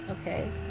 okay